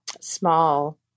small